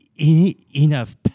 enough